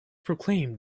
proclaimed